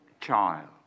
child